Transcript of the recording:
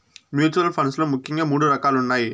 mutual funds లో ముఖ్యంగా మూడు రకాలున్నయ్